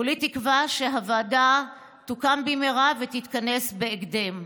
כולי תקווה שהוועדה תוקם במהרה ותתכנס בהקדם.